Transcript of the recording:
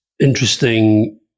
interesting